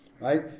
Right